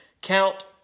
count